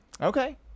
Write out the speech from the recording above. okay